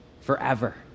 forever